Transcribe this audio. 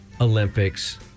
Olympics